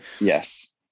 Yes